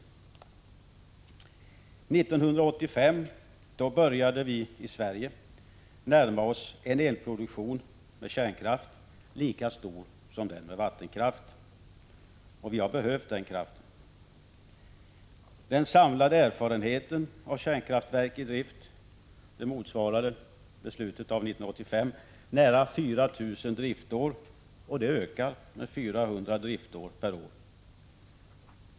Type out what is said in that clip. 1985 började vi i Sverige närma oss en elproduktion med kärnkraft lika stor som den med vattenkraft, och vi har behövt den kraften. Den samlade erfarenheten av kärnkraftverk i drift motsvarade i slutet av 1985 nära 4 000 driftår och ökar med 400 driftår per år.